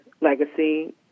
legacy